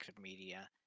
media